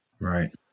Right